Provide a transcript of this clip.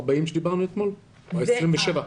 ה-40 עליהן דיברנו אתמול או 27?